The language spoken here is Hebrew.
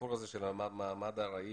הסיפור הזה של מעמד ארעי,